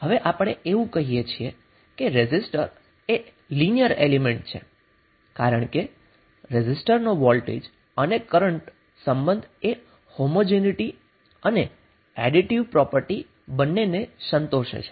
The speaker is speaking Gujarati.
હવે આપણે એવું કહીએ છીએ કે રેઝિસ્ટર એ લિનિયર એલિમેન્ટ છે કારણ કે રેઝિસ્ટરનો વોલ્ટેજ અને કરન્ટ સંબંધ એ હોમોજીનીટી અને એડીટીવ પ્રોપર્ટી બંનેને સંતોષે છે